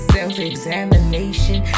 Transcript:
Self-examination